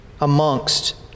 amongst